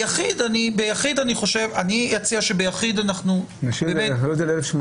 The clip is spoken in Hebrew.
וביחיד אני אציע שנשאיר את זה -- ביחיד נוריד את זה ל-1,800.